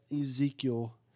Ezekiel